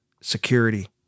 security